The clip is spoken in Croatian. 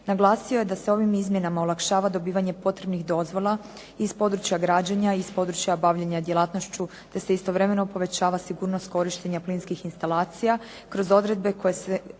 Naglasio je da se ovim izmjenama olakšava dobivanje potrebnih dozvola iz područja građenja, iz područja bavljenja djelatnošću, da se istovremeno povećava sigurnost korištenja plinskih instalacija kroz odredbe kojima se